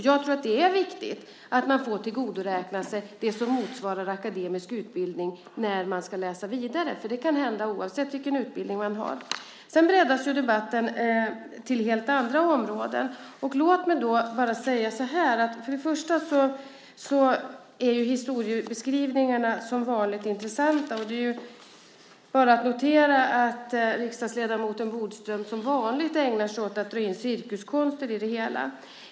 Jag tror att det är viktigt att man får tillgodoräkna sig det som motsvarar akademisk utbildning när man ska läsa vidare, för det kan hända oavsett vilken utbildning man har. Debatten har breddats till helt andra områden. Låt mig bara säga så här: För det första är historiebeskrivningarna som vanligt intressanta och det är bara att notera att riksdagsledamoten Bodström som vanligt ägnar sig åt att dra in cirkuskonster i det hela.